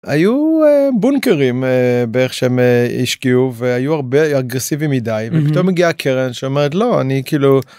היו בונקרים באיך שהם השקיעו והיו הרבה אגרסיבי מדי ופתאום מגיעה קרן שומעת לא אני כאילו.